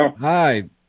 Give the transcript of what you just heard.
Hi